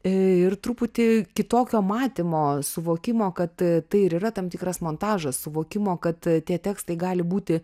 ir truputį kitokio matymo suvokimo kad tai ir yra tam tikras montažas suvokimo kad tie tekstai gali būti